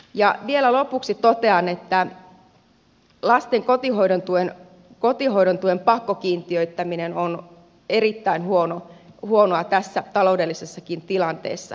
ja vielä lopuksi totean että lasten kotihoidon tuen pakkokiintiöittäminen on erittäin huonoa tässä taloudellisessakin tilanteessa